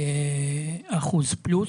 8% פלוס.